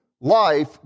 life